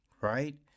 right